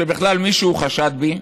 שבכלל מישהו חשד בי.